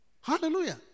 Hallelujah